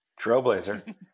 Trailblazer